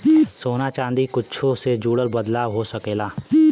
सोना चादी कुच्छो से जुड़ल बदलाव हो सकेला